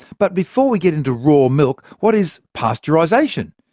but before we get into raw milk, what is pasteurisation?